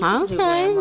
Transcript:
okay